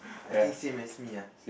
I think same as me ah